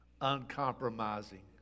uncompromising